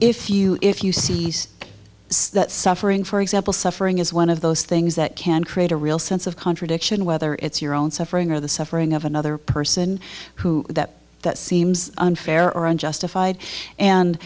if you if you cease that suffering for example suffering is one of those things that can create a real sense of contradiction whether it's your own suffering or the suffering of another person who that that seems unfair or unjustified and